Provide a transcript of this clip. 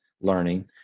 learning